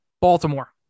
Baltimore